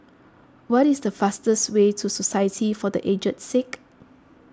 what is the fastest way to Society for the Aged Sick